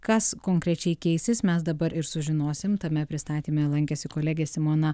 kas konkrečiai keisis mes dabar ir sužinosim tame pristatyme lankėsi kolegė simona